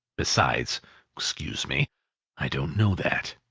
besides excuse me i don't know that.